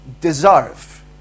deserve